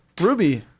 Ruby